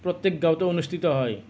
প্ৰত্যেক গাঁৱতেই অনুষ্ঠিত হয়